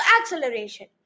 acceleration